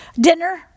dinner